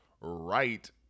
right